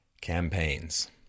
campaigns